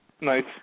Nice